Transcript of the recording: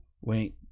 Wait